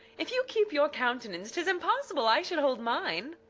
if you keep your countenance, tis impossible i should hold mine.